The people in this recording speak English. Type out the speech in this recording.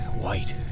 white